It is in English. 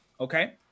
okay